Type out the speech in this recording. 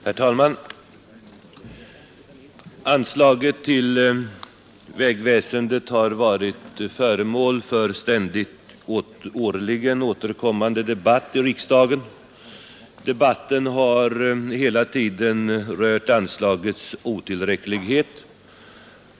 Herr talman! Anslaget till vägväsendet har varit föremål för ständigt årligen återkommande debatt i riksdagen. Debatten har hela tiden rört anslagets otillräcklighet.